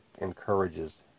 encourages